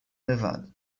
nevado